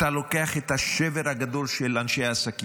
אתה לוקח את השבר הגדול של אנשי העסקים,